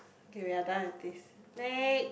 okay we are done with this ne~